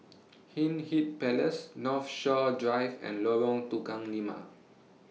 Hindhede Palace Northshore Drive and Lorong Tukang Lima